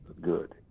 good